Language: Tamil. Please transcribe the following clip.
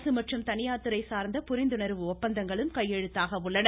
அரசு மற்றும் தனியார் துறை சார்ந்த புரிந்துணர்வு ஒப்பந்தங்களும் கையெழுத்தாக உள்ளன